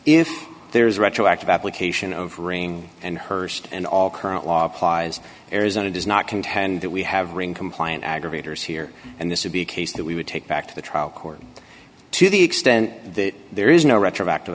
if there is a retroactive application of ring and hurst and all current law applies arizona does not contend that we have ring compliant aggravators here and this would be a case that we would take back to the trial court to the extent that there is no retroactive